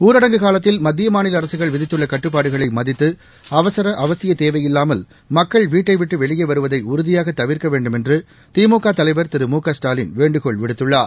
ஊரடங்கு காலத்தில் மத்திய மாநில அரசுகள் விதித்துள்ள கட்டுப்பாடுகளை மதித்து அவசர அவசிய தேவையில்லாமல் மக்கள் வீட்டைவிட்டு வெளியே வருவதை உறுதியாக தவிர்க்க வேண்டுமென்று திமுக தலைவர் திரு மு க ஸ்டாலின் வேண்டுகோள் விடுத்துள்ளார்